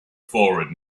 forward